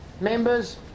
members